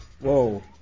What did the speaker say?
Whoa